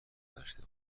داشته